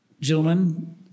gentlemen